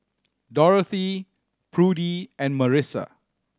Dorothy Prudie and Marissa